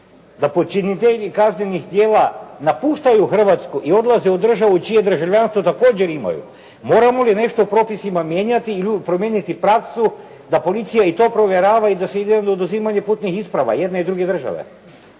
da počinitelji kaznenih djela napuštaju Hrvatsku i odlaze u državu čije državljanstvo također imaju moramo li nešto u propisima mijenjati ili promijeniti praksu da policija i to provjerava i da se ide u oduzimanje putnih isprava jedne i druge države